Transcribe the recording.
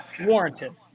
warranted